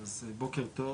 טוב, אז בוקר טוב.